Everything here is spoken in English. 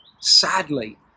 sadly